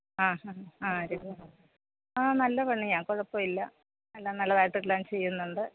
ആ ആ രഘു ആ നല്ല പണിയ കുഴപ്പമില്ല എല്ലാം നല്ലതായിട്ട് എല്ലാം ചെയ്യുന്നുണ്ട്